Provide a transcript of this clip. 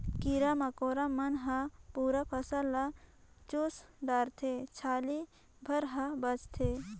कीरा मकोरा मन हर पूरा फसल ल चुस डारथे छाली भर हर बाचथे